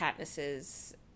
Katniss's